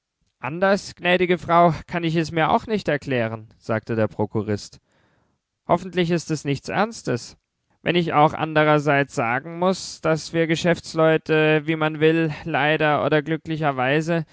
anders gnädige frau kann ich es mir auch nicht erklären sagte der prokurist hoffentlich ist es nichts ernstes wenn ich auch andererseits sagen muß daß wir geschäftsleute wie man will leider oder glücklicherweise